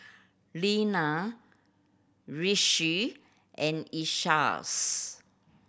Linna Rishi and Isaias